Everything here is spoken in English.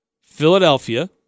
Philadelphia